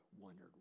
wondered